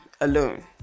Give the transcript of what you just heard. alone